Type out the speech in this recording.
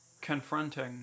confronting